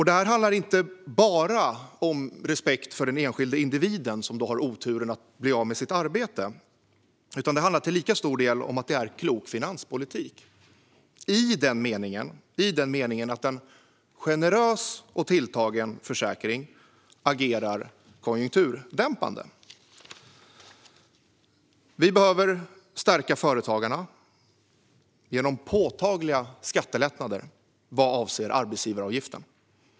Det handlar inte bara om respekt för den enskilda individ som har oturen att bli av med sitt jobb, utan det handlar till lika stor del om att det är klok finanspolitik i den meningen att en generöst tilltagen försäkring agerar konjunkturdämpande. Vi behöver stärka företagarna genom påtagliga skattelättnader vad avser arbetsgivaravgifterna.